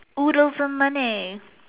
oh there was a money